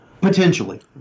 Potentially